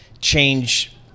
change